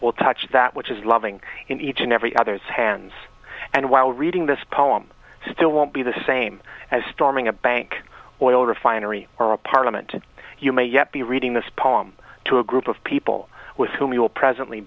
will touch that which is loving in each and every other's hands and while reading this poem still won't be the same as storming a bank oil refinery or a parliament you may yet be reading this poem to a group of people with whom you'll presently